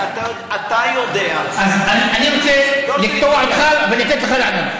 אתה יודע, אז אני רוצה לקטוע אותך, ולתת לך לענות.